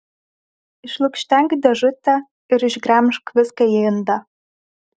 išlukštenk dėžutę ir išgremžk viską į indą